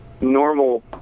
normal